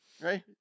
right